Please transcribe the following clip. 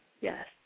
Yes